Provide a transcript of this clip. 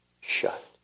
shut